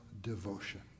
devotion